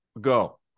go